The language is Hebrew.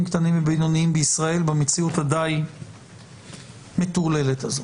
קטנים ובינוניים בישראל במציאות הדי מטורללת הזאת.